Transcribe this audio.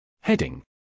Heading